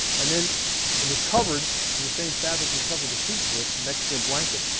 and then it was covered in the same fabric we covered the seats with, mexican blanket.